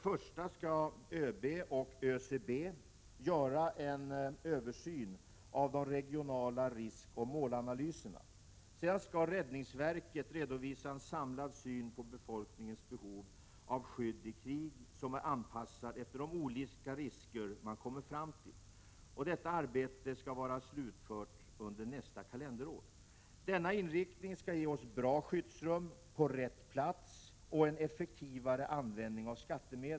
Först skall ÖB och ÖCB göra en översyn av de regionala riskoch målanalyserna. Sedan skall räddningsverket redovisa en samlad syn på befolkningens behov av skydd i krig, ett skydd som är anpassat till de olika risker som man kommer fram till. Detta arbete skall vara slutfört under nästa kalenderår. Inriktningen går ut på att vi skall få bra skyddsrum på rätt plats. Syftet är också att det skall bli en effektivare användning av skattemedlen.